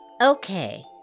Okay